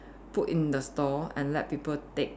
put in the stall and let people take